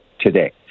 today